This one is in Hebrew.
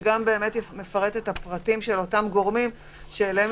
וגם מפרט את הפרטים של הגורמים שאליהם